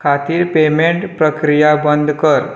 खातीर पेमेंट प्रक्रिया बंद कर